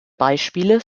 beispiele